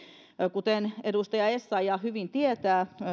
kuten edustaja essayah hyvin tietää